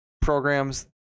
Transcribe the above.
programs